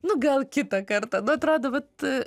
nu gal kitą kartą nu atrado vat